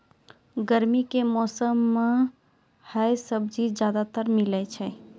गर्मी के मौसम मं है सब्जी ज्यादातर मिलै छै